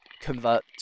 convert